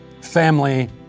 family